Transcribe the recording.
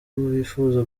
bifuza